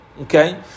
Okay